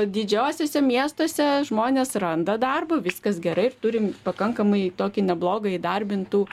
didžiuosiuose miestuose žmonės randa darbą viskas gerai ir turim pakankamai tokį neblogą įdarbintų